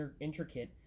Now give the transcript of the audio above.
intricate